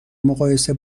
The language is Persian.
مقایسه